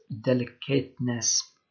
delicateness